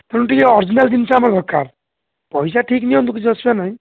ତେଣୁ ଟିକିଏ ଅର୍ଜିନାଲ୍ ଜିନିଷ ଆମ ଦରକାର ପଇସା ଠିକ୍ ନିଅନ୍ତୁ କିଛି ଅସୁବିଧା ନାହିଁ